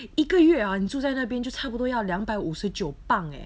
一个月啊你住在那边就差不多要两百五十九磅 eh